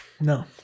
No